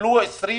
קיבלו 250,